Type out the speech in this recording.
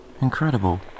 Incredible